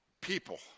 people